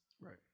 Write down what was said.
right